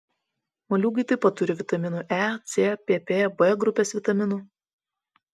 moliūgai taip pat turi vitaminų e c pp b grupės vitaminų